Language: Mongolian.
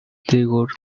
дээгүүр